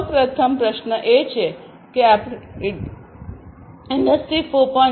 સૌ પ્રથમ પ્રશ્ન એ છે કે આપણે ઇન્ડસ્ટ્રી 4